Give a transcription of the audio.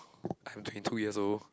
I'm twenty two years old